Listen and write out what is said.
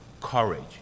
courage